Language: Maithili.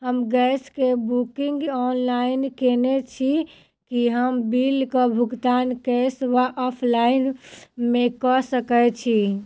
हम गैस कऽ बुकिंग ऑनलाइन केने छी, की हम बिल कऽ भुगतान कैश वा ऑफलाइन मे कऽ सकय छी?